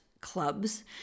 clubs